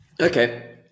Okay